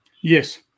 Yes